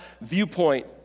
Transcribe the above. viewpoint